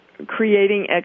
creating